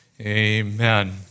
Amen